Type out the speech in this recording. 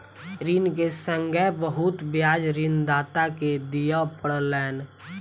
ऋण के संगै बहुत ब्याज ऋणदाता के दिअ पड़लैन